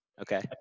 Okay